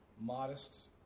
modest